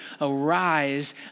arise